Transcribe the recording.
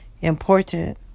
important